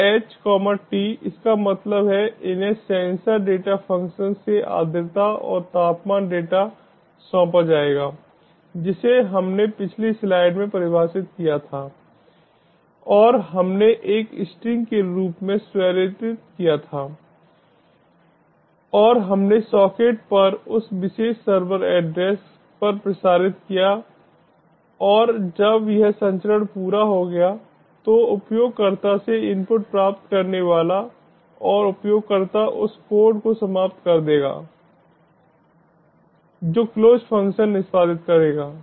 तो h t इसका मतलब है इन्हें सेंसर डेटा फ़ंक्शन से आर्द्रता और तापमान डेटा सौंपा जाएगा जिसे हमने पिछली स्लाइड में परिभाषित किया था और हमने एक स्ट्रिंग के रूप में स्वरूपित किया था और हमने सॉकेट पर उस विशेष सर्वर एड्रेस पर प्रसारित किया और जब यह संचरण पूरा हो गया तो उपयोगकर्ता से इनपुट प्राप्त करने वाला और उपयोगकर्ता उस कोड को समाप्त कर देता है जो क्लोज फ़ंक्शन निष्पादित करेगा